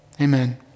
Amen